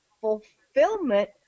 fulfillment